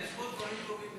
יש בו דברים טובים לפעמים.